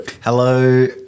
Hello